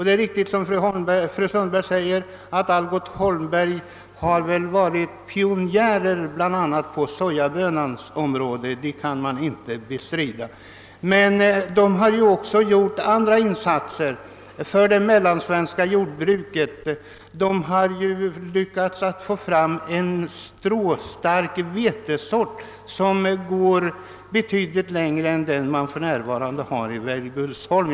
Det är riktigt, som fru Sundberg säger, att Algot Holmberg väl har varit pionjär bl.a. på sojabönans område. Det kan man inte bestrida. Men företaget har också gjort andra insatser för det mellansvenska jordbruket, t.ex. lyckats att få fram en stråstark vetesort och därvidlag nått betydligt längre än man för närvarande har gjort vid Weibullsholm.